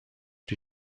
die